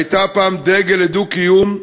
שהיה פעם דגל לדו-קיום,